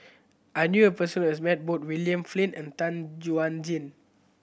I knew a person who has met both William Flint and Tan Chuan Jin